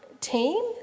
team